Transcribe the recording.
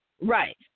right